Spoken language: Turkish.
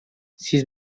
siz